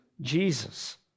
Jesus